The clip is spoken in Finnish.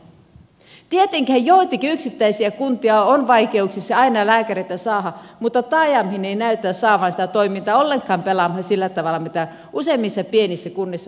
tietenkin on joitakin yksittäisiä kuntia joissa on aina vaikeuksia lääkäreitä saada mutta taajamissa ei näytä saatavan sitä toimintaa ollenkaan pelaamaan sillä tavalla miten useimmissa pienissä kunnissa hommat pelaavat